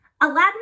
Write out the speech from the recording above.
Aladdin